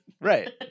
Right